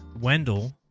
Wendell